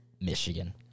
Michigan